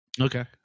okay